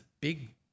big